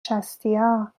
شصتیا